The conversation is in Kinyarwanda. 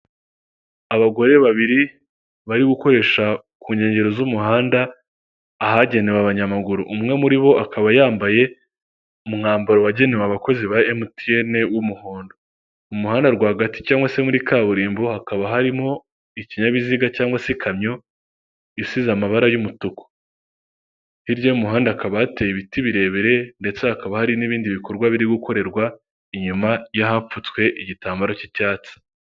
Abagore babiri bari gukoresha ku nkengero z'umuhanda, ahagenewe abanyamaguru umwe muri bo akaba yambaye umwambaro wagenewe abakozi ba emutiyene w'umuhondo umuhanda rwagati cyangwag se muri kaburimbo hakaba harimo ikinyabiziga cyangwag se ikamyo isize amabara y'umutuku, hirya y'umuhanda akaba hateye ibiti birebire ndetse hakaba hari n'ibindi bikorwa biri gukorerwa inyuma y'ahapfutswe igitambaro cy'icyatsi.